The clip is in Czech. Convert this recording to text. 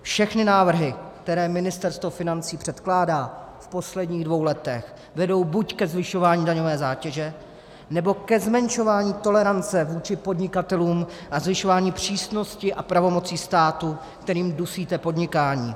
Všechny návrhy, které Ministerstvo financí předkládá v posledních dvou letech, vedou buď ke zvyšování daňové zátěže, nebo ke zmenšování tolerance vůči podnikatelům a zvyšování přísnosti a pravomocí státu, kterými dusíte podnikání.